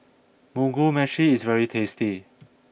Mugi Meshi is very tasty